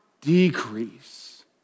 decrease